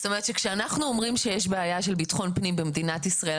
כשאנחנו אומרים שיש בעיה של ביטחון פנים במדינת ישראל,